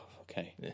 okay